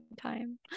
time